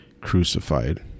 crucified